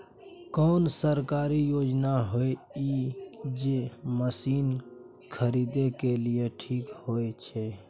कोन सरकारी योजना होय इ जे मसीन खरीदे के लिए ठीक होय छै?